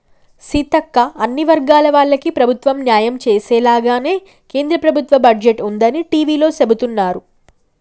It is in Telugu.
సీతక్క అన్ని వర్గాల వాళ్లకి ప్రభుత్వం న్యాయం చేసేలాగానే కేంద్ర ప్రభుత్వ బడ్జెట్ ఉందని టివీలో సెబుతున్నారు